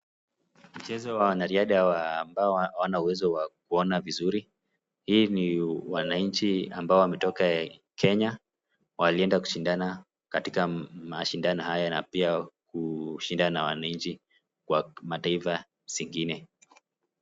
Mchezo wa wanariadha ambao hawana uwezo wa kuona vizuri, hii ni ya wananchi ambao wametoka Kenya walienda kushindana katika mashindano na pia kushindana na wananchi katika mataifa zingine.